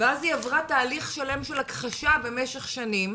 ואז היא עברה תהליך שלם של הכחשה במשך שנים,